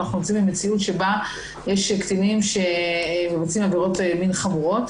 אנחנו נמצאים במציאות שבה יש קטינים שעושים עבירות מין חמורות.